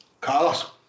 Carlos